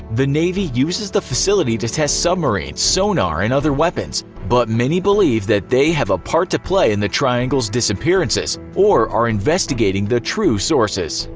the navy uses the facility to test submarines, sonar, and other weapons but many believe they have a part to play in the triangle's disappearances or are investigating the true sources.